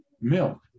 milk